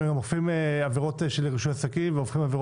הם אוכפים עבירות של רישוי עסקים וכו'.